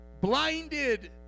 blinded